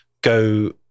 go